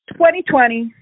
2020